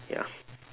ya